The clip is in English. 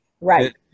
right